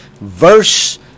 verse